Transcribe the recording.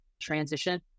transition